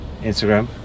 Instagram